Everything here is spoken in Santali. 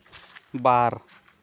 ᱵᱟᱨ